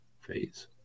Phase